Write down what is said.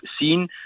seen